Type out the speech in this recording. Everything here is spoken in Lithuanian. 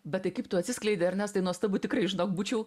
bet tai kaip tu atsiskleidi ernestai nuostabu tikrai žinok būčiau